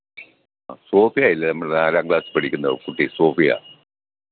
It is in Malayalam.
സോഫിയ ഇല്ലേ നമ്മുടെ നാലാങ്ക്ളാസിൽ പഠിക്കുന്ന കുട്ടി സോഫിയ